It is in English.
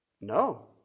No